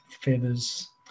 feathers